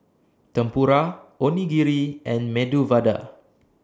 Tempura Onigiri and Medu Vada